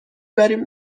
بریم